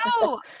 No